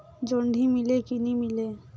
जोणी मीले कि नी मिले?